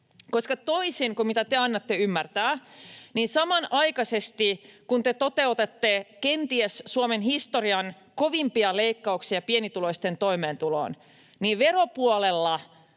Toisin kuin mitä te annatte ymmärtää, samanaikaisestihan, kun te toteutatte kenties Suomen historian kovimpia leikkauksia pienituloisten toimeentuloon, te veropuolella